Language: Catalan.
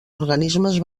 organismes